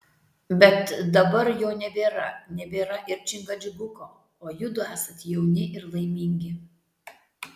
bet dabar jo nebėra nebėra ir čingačguko o judu esat jauni ir laimingi